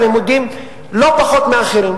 באותם אחוזים שהיא חייבת להשתתף מול משרד החינוך או מול משרד